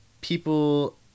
People